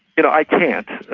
you know, i can't